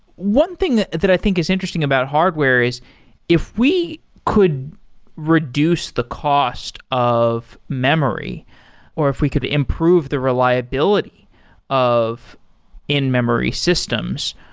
one thing that that i think is interesting about hardware is if we could reduce the cost of memory or if we could improve the reliability of in-memory systems,